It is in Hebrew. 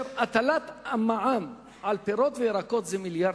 והטלת המע"מ על פירות וירקות היא 1.8 מיליארד.